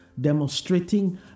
Demonstrating